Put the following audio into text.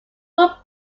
would